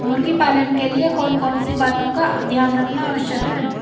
मुर्गी पालन के लिए कौन कौन सी बातों का ध्यान रखना आवश्यक है?